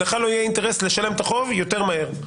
ולך לא יהיה אינטרס לשלם את החוב יותר מהר.